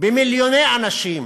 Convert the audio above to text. במיליוני אנשים,